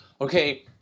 okay